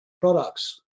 products